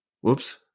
Whoops